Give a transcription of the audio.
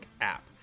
app